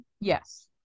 Yes